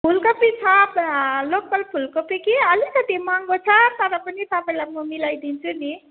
फुलकोपी छ लोकल फुलकोपी कि अलिकति महँगो तर पनि तपाईँलाई म मिलाइदिन्छु नि